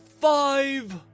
five